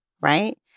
right